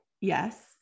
Yes